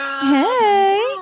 hey